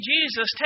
Jesus